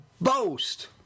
boast